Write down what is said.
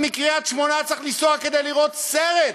מקריית-שמונה צריך לנסוע שעה וחצי כדי לראות סרט.